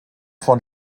von